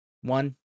One